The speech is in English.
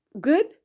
good